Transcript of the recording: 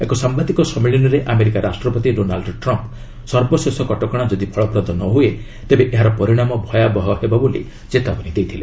ଏକ ସାମ୍ବାଦିକ ସମ୍ମିଳନୀରେ ଆମେରିକା ରାଷ୍ଟ୍ରପତି ଡୋନାଲ୍ଡ ଟ୍ରମ୍ପ୍ ସର୍ବଶେଷ କଟକଣା ଯଦି ଫଳପ୍ରଦ ନ ହୁଏ ତେବେ ଏହାର ପରିଣାମ ଭୟାବହ ହେବ ବୋଲି ଚେତାବନୀ ଦେଇଥିଲେ